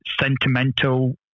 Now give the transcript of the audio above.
sentimental